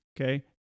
okay